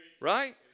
Right